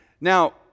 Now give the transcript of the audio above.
Now